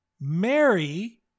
Mary